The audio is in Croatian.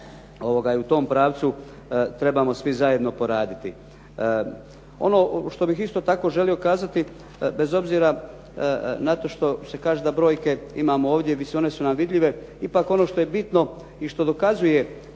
u tom pravcu trebamo svi zajedno poraditi. Ono što bih isto tako želio kazati, bez obzira na to što se kaže da brojke imamo ovdje, mislim one su nam vidljive. Ipak ono što je bitno i što dokazuje